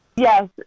Yes